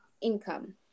income